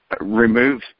remove